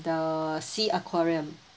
the sea aquarium